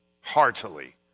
heartily